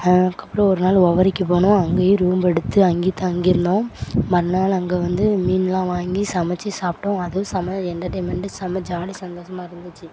அதுக்கப்புறம் ஒரு நாள் உவரிக்கு போனோம் அங்கேயும் ரூம் எடுத்து அங்கே தங்கியிருந்தோம் மறுநாள் அங்கே வந்து மீனெலாம் வாங்கி சமைச்சி சாப்பிட்டோம் அதுவும் செம என்டர்டைமெண்ட்டு செம்ம ஜாலி சந்தோஸமாக இருந்துச்சு